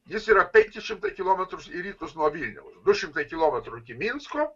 jis yra penki šimtai kilometrus į rytus nuo vilniaus du šimtai kilometrų iki minsko